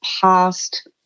past